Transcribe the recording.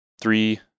three